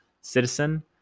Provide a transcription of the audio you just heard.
citizen